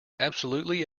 absolutely